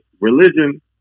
religion